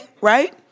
right